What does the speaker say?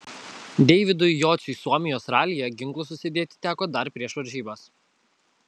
deividui jociui suomijos ralyje ginklus susidėti teko dar prieš varžybas